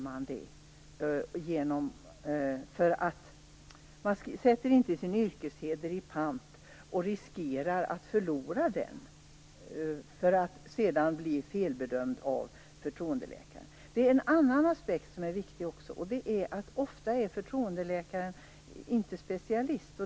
Man sätter inte sin yrkesheder i pant och riskerar att förlora den för att sedan bli felbedömd av förtroendeläkaren! Det finns en annan aspekt som också är viktig, och det är att förtroendeläkaren ofta inte är specialist.